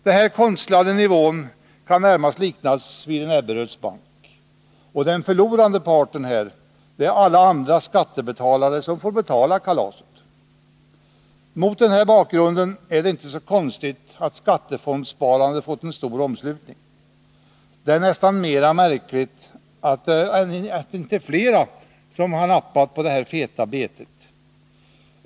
Den här konstlade nivån kan närmast liknas vid Ebberöds bank, och den förlorande parten är alla de andra skattebetalarna som får betala kalaset. Mot den här bakgrunden är det inte så konstigt att skattefondssparandet fått en stor omslutning. Det är nästan mera märkligt att det inte är flera som nappat på det här feta betet.